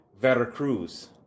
Veracruz